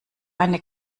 eine